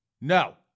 No